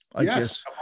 Yes